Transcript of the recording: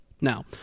Now